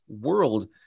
world